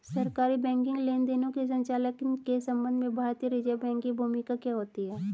सरकारी बैंकिंग लेनदेनों के संचालन के संबंध में भारतीय रिज़र्व बैंक की भूमिका क्या होती है?